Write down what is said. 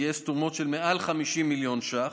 גייס תרומות של מעל 50 מיליון ש"ח.